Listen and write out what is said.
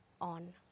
on